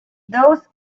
those